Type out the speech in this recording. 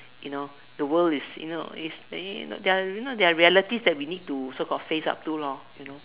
you know the world is you know is uh no there are there are you know there are realities that we need to so called face up to loh you know